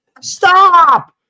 Stop